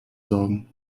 sorgen